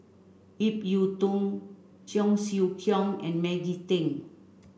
Ip Yiu Tung Cheong Siew Keong and Maggie Teng